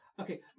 Okay